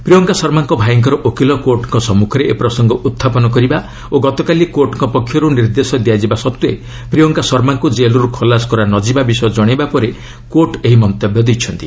ପ୍ରିୟଙ୍କା ଶର୍ମାଙ୍କ ଭାଇଙ୍କର ଓକିଲ କୋର୍ଟଙ୍କ ସମ୍ମୁଖରେ ଏ ପ୍ରସଙ୍ଗ ଉତ୍ଥାପନ କରିବା ଓ ଗତକାଲି କୋର୍ଟଙ୍କ ପକ୍ଷରୁ ନିର୍ଦ୍ଦେଶ ଦିଆଯିବା ସତ୍ତ୍ୱେ ପ୍ରିୟଙ୍କା ଶର୍ମାଙ୍କୁ ଜେଲ୍ରୁ ଖଲାସ କରାନଯିବା ବିଷୟ ଜଣାଇବା ପରେ କୋର୍ଟ ଏହି ମନ୍ତବ୍ୟ ଦେଇଛନ୍ତି